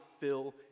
fill